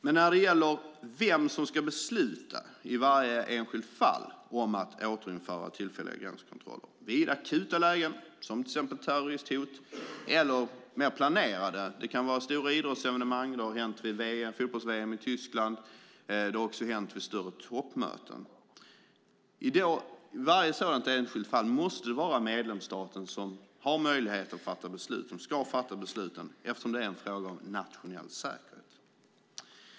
Men när det gäller vem som ska besluta i varje enskilt fall om att återinföra tillfälliga gränskontroller i akuta lägen, till exempel terroristhot, eller i mer planerade fall, till exempel stora idrottsevenemang som fotbolls-VM i Tyskland och större toppmöten, måste det vara medlemsstaten som ska fatta besluten eftersom det är en fråga om nationell säkerhet.